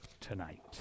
tonight